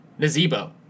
Nazebo